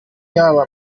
yaba